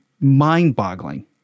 mind-boggling